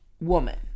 woman